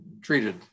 treated